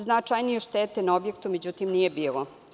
Značajnije štete na objektima, međutim, nije bilo.